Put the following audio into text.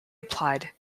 applied